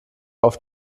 auf